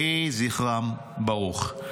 יהי זכרם ברוך.